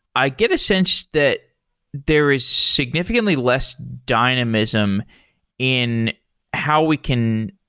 i get a sense that there is significantly less dynamism in how we can